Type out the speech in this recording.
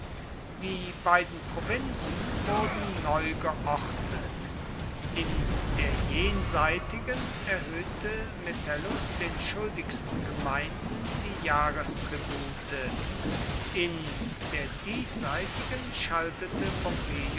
die beiden provinzen wurden neu geordnet in der jenseitigen erhöhte metellus den schuldigsten gemeinden die jahrestribute in der diesseitigen schaltete